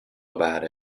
about